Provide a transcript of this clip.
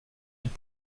être